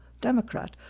Democrat